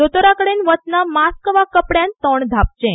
दोतोराकडे वतनां मास्क वा कपड्यान तोंड धांपचें